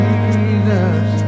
Jesus